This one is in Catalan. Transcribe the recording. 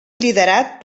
liderat